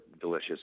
delicious